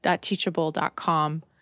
Teachable.com